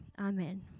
Amen